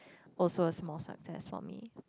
also a small success for me